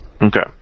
Okay